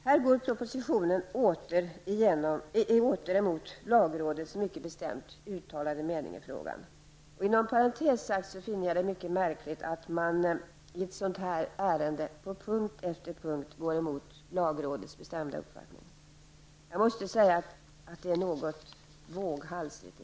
Här går propositionen åter emot lagrådets mycket bestämt uttalade mening i frågan. Inom parentes sagt finner jag det mycket märkligt att man i ett sådant här ärende på punkt efter punkt går emot lagrådets bestämda uppfattning. Jag måste säga att det är något våghalsigt.